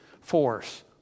force